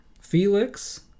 Felix